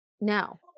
No